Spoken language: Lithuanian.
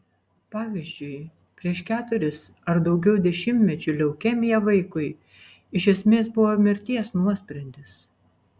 pavyzdžiui prieš keturis ar daugiau dešimtmečių leukemija vaikui iš esmės buvo mirties nuosprendis